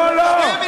לא שיקרתי.